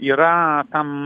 yra tam